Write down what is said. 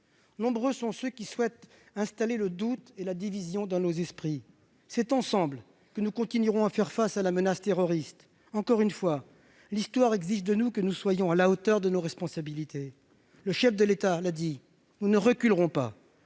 Nombreux sont ceux qui souhaitent installer le doute et la division dans nos esprits. C'est ensemble que nous ferons face à la menace terroriste. Encore une fois, l'histoire exige de nous que nous soyons à la hauteur de nos responsabilités. Le chef de l'État l'a dit :« Nous ne reculerons pas.